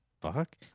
fuck